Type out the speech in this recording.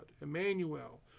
Emmanuel